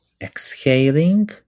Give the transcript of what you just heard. exhaling